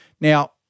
Now